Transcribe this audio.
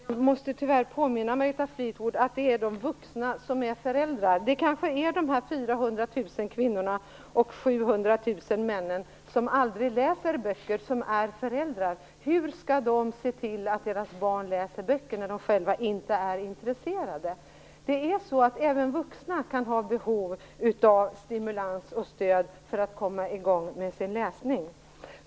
Herr talman! Jag måste, tyvärr, påminna Elisabeth Fleetwood om att det är vuxna som är föräldrar. Kanske är de 400 000 kvinnor och de 700 000 män som aldrig läser böcker föräldrar. Hur skall de kunna se till att deras barn läser böcker när de själva inte är intresserade? Även vuxna kan faktiskt ha behov av stimulans och stöd för att komma i gång med sin läsning.